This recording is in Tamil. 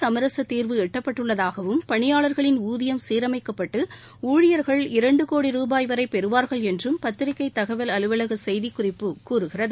சமரச தீர்வு எட்டப்பட்டுள்ளதாகவும் பணியாளர்களின் இருதரப்பினரிடையே ஊதியம் சீரமைக்கப்பட்டு ஊழியர்கள் இரண்டு கோடி ரூபாய் வரை பெறுவார்கள் என்றும் பத்திரிகை தகவல் அலுவலக செய்திக்குறிப்பு கூறுகிறது